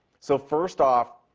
so, first off,